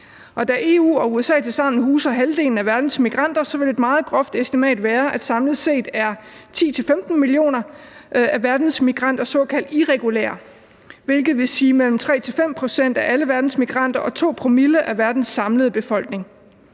da EU og USA tilsammen huser halvdelen af verdens migranter, vil et meget groft estimat være, at samlet set er 10-15 millioner af verdens migranter såkaldt irregulære, hvilket svarer til mellem 3-5 pct. af alle verdens migranter og 2 promille af verdens samlede befolkning.